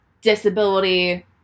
disability